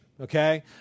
okay